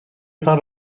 تان